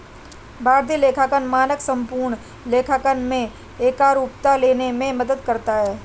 भारतीय लेखांकन मानक संपूर्ण लेखांकन में एकरूपता लाने में मदद करता है